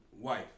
wife